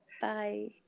Bye